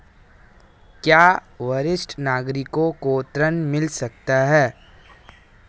क्या वरिष्ठ नागरिकों को ऋण मिल सकता है?